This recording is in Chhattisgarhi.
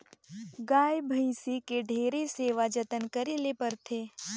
गाय, भइसी के ढेरे सेवा जतन करे ले परथे